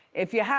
if you,